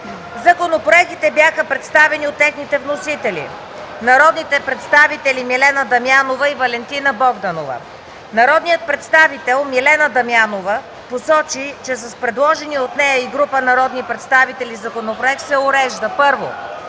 Законопроектите бяха представени от техните вносители – народните представители Милена Дамянова и Валентина Богданова. Народният представител Милена Дамянова посочи, че с предложения от нея и група народни представители законопроект се урежда: 1.